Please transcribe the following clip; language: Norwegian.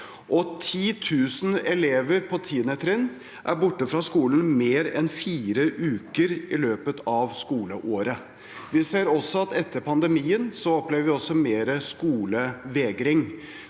10 000 elever på 10. trinn er borte fra skolen mer enn fire uker i løpet av skoleåret. Vi ser også at etter pandemien opplever man mer skolevegring.